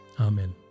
Amen